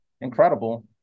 incredible